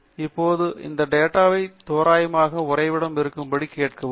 எனவே இப்போது இந்தத் டேட்டா வைத் தோராயமாகவும் உறைவிடம் இருக்கும்படி கேட்கவும் முடியும்